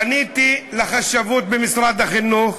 פניתי לחשבות במשרד החינוך,